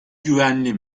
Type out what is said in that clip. güvenli